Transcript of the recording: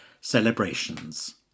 celebrations